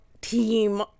team